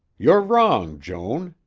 you're wrong, joan,